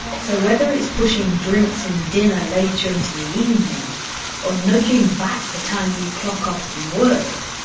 so whether it's pushing drinks and dinner later into the evening or nudging back the time you clock off from work,